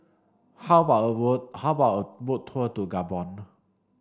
how about a how about a boat tour to Gabon